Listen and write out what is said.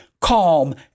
calm